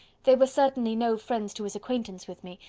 they were certainly no friends to his acquaintance with me,